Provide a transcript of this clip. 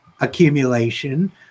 accumulation